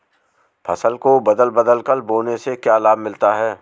फसल को बदल बदल कर बोने से क्या लाभ मिलता है?